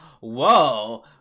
whoa